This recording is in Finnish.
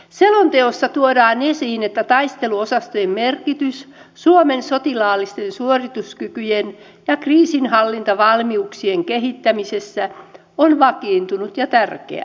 selonteossa tuodaan esiin että taisteluosastojen merkitys suomen sotilaallisten suorituskykyjen ja kriisinhallintavalmiuksien kehittämisessä on vakiintunut ja tärkeä